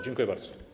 Dziękuję bardzo.